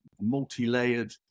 multi-layered